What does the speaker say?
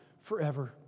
forever